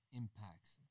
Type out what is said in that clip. impacts